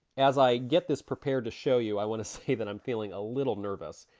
as i get this prepared to show you, i wanna say that i'm feeling a little nervous.